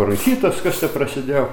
bronchitas kas ten prasidėjo